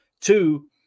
Two